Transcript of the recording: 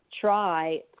try